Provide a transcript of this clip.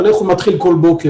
איך הוא מתחיל כל בוקר.